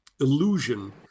illusion